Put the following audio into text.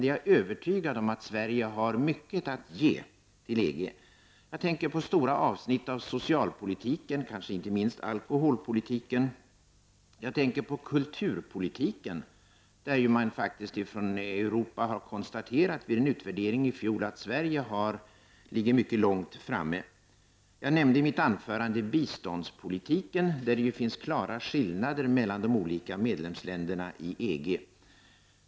På det området är jag övertygad om att Sverige har mycket att ge i EG. Jag tänker vidare på stora avsnitt av socialpolitiken, kanske inte minst alkoholpolitiken. Jag tänker på kulturpolitiken, där EG vid en utvärdering i fjol faktiskt konstaterade att Sverige låg mycket långt framme. Jag nämnde i mitt anförande biståndspolitiken, där det finns klara skillnader mellan medlemsländerna i EG.